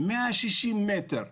160 מטר.